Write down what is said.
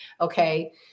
Okay